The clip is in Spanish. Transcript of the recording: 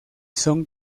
son